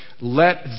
let